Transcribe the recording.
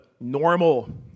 normal